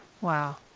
Wow